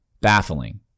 baffling